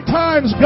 times